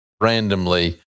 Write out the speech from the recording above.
randomly